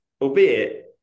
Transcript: albeit